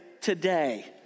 today